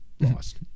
lost